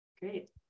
Great